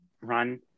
run